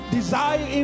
desire